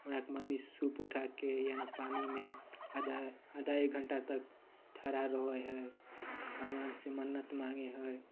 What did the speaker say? हमरा आरके मम्मी सूप उठाके यानी पानीमे आधा आधा एक घण्टा तक ठड़ा रहै हइ भगवानसे मन्नत माँगै हइ